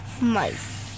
mice